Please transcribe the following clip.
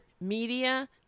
media